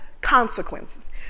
consequences